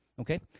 okay